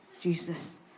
Jesus